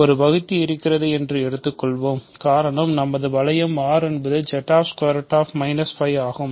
ஒரு வகுத்தி இருக்கிறது என்று வைத்துக்கொள்வோம் காரணம் நமது வளையம் R என்பது Z ஆகும்